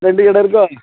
ரெண்டு கட்டை இருக்கா